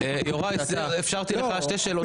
יוראי, אפשרתי לך שתי שאלות.